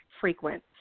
frequent